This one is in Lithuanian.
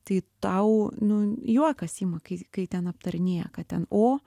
tai tau nu juokas ima kai kai ten aptarinėja kad ten o